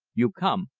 you come,